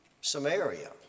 Samaria